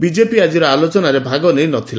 BJP ଆଜିର ଆଲୋଚନାରେ ଭାଗ ନେଇ ନ ଥିଲା